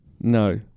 No